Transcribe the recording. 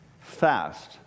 fast